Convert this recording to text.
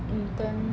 intern